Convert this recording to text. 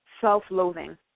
self-loathing